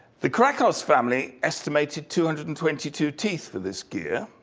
the krykos family estimated two hundred and twenty two teeth for this gear,